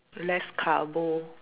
less carbo